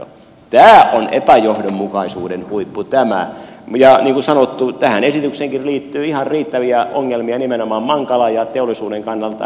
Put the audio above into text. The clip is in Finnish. tämä on epäjohdonmukaisuuden huippu ja niin kuin sanottu tähän esitykseenkin liittyy ihan riittäviä ongelmia nimenomaan mankalan ja teollisuuden kannalta